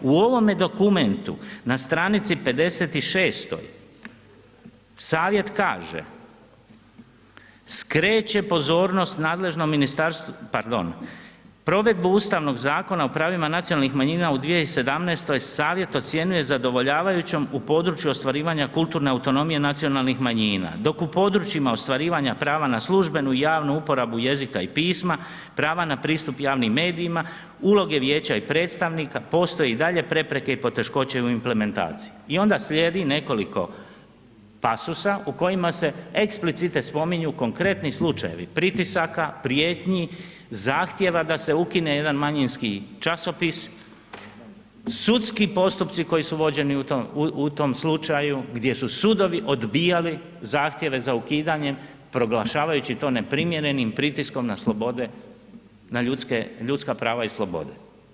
U ovome dokumentu na stranici 56. savjet kaže, skreće pozornost nadležnom ministarstvu, pardon, provedbu ustavnog Zakona o pravima nacionalnih manjina u 2017. savjet ocjenjuje zadovoljavajućom u području ostvarivanje kulturne autonomije nacionalnih manjina dok u područjima ostvarivanja prava na službenu i javnu uporabu jezika i pisma, prava na pristup javnim medijima, uloge vijeća i predstavnika, postoje i dalje prepreke i poteškoće u implementaciji i onda slijedi nekoliko pasusa u kojima se explicite spominju konkretni slučajevi pritisaka, prijetnji, zahtjeva da se ukine jedan manjinski časopis, sudski postupci koji su vođeni u tom slučaju gdje su sudovi odbijali zahtjeve za ukidanjem proglašavajući to neprimjerenim pritiskom na ljudska prava i slobode.